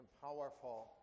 powerful